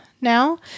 Now